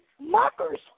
mockers